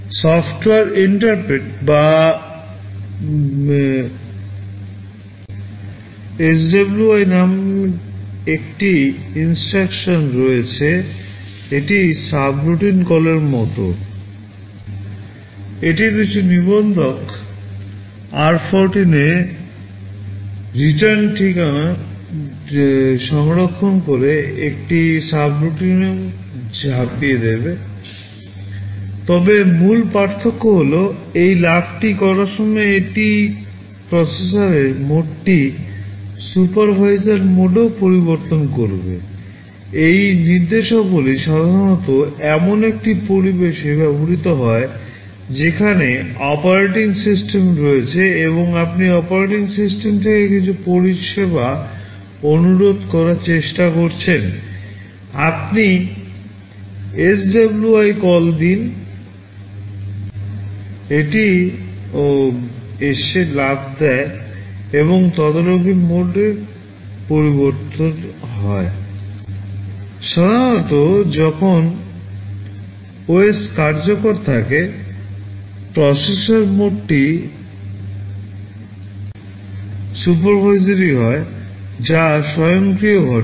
software interrupt বা SWI নামে একটি INSTRUCTION রয়েছে এটি সাবরুটিন হয় যা স্বয়ংক্রিয়ভাবে ঘটে